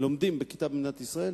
לומדים בכיתה במדינת ישראל